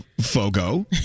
Fogo